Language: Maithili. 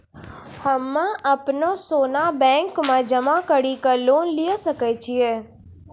हम्मय अपनो सोना बैंक मे जमा कड़ी के लोन लिये सकय छियै?